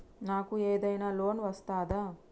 నాకు ఏదైనా లోన్ వస్తదా?